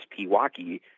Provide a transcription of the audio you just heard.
Pewaukee